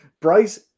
Bryce